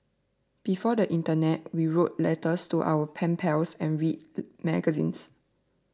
before the internet we wrote letters to our pen pals and read magazines